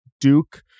Duke